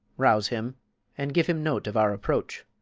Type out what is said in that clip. rouse him and give him note of our approach,